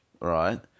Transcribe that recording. right